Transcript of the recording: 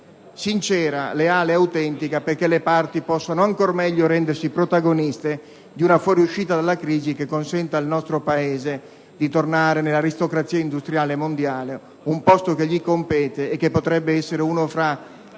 sincera, leale ed autentica affinché le parti possano rendersi ancor meglio protagoniste di una fuoriuscita dalla crisi che consenta al nostro Paese di tornare nell'aristocrazia industriale mondiale, un posto che gli compete e che potrebbe essere uno fra